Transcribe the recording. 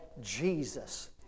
Jesus